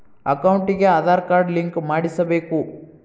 ಅಕೌಂಟಿಗೆ Aadhaar card link ಮಾಡಿಸಬೇಕು?